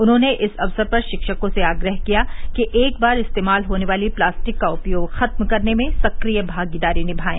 उन्होंने इस अवसर पर शिक्षकों से आग्रह किया है कि एक बार इस्तेमाल होने वाली प्लास्टिक का उपयोग खत्म करने में सक्रिय भागीदारी निभायें